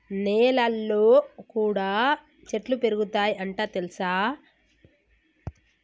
నెలల్లో కూడా చెట్లు పెరుగుతయ్ అంట తెల్సా